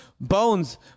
bones